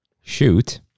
shoot